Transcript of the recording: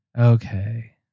Okay